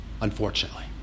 unfortunately